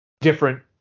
different